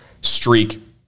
streak